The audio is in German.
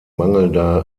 mangelnder